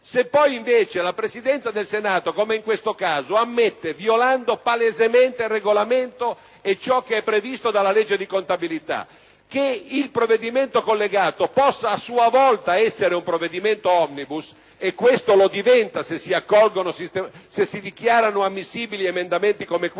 Se poi invece la Presidenza del Senato, come in questo caso, ammette, violando palesemente il Regolamento e ciò che è previsto dalla legge di contabilità, che il provvedimento collegato possa, a sua volta, essere un provvedimento *omnibus* - e questo lo diventa se si dichiarano ammissibili emendamenti come questi